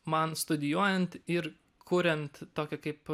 man studijuojant ir kuriant tokią kaip